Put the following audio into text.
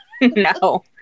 No